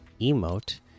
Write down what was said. emote